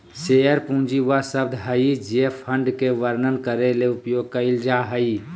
share पूंजी वह शब्द हइ जे फंड के वर्णन करे ले उपयोग कइल जा हइ